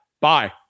Bye